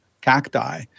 cacti